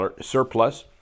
surplus